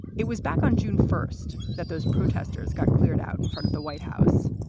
it was back on june first that those protesters got cleared out in front of the white house.